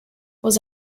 was